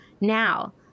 now